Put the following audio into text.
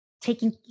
taking